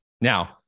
Now